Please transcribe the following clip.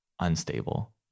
unstable